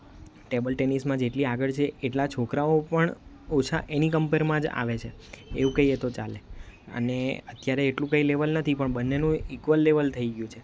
table ટેનિસમાં જેટલી આગળ છે એટલા છોકરાઓ પણ ઓછા એની કંપેરમાં જ આવે છે એવું કઈએ તો ચાલે અને અત્યારે એટલું કંઈ લેવલ નથી પણ બંનેનું ઇક્વલ લેવલ થઈ ગયું છે